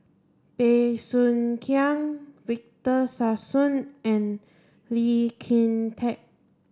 Bey Soo Khiang Victor Sassoon and Lee Kin Tat